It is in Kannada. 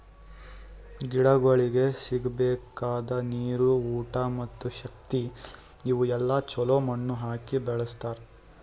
ಗಿಡಗೊಳಿಗ್ ಸಿಗಬೇಕಾದ ನೀರು, ಊಟ ಮತ್ತ ಶಕ್ತಿ ಇವು ಎಲ್ಲಾ ಛಲೋ ಮಣ್ಣು ಹಾಕಿ ಬೆಳಸ್ತಾರ್